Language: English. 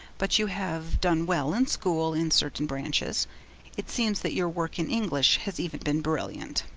but you have done well in school in certain branches it seems that your work in english has even been brilliant.